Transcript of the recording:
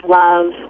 love